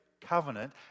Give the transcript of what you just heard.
Covenant